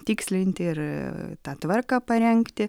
tikslinti ir tą tvarką parengti